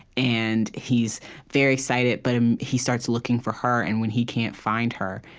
and he's very excited, but um he starts looking for her, and when he can't find her,